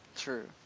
true